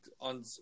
on